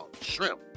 shrimp